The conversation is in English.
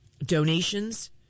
Donations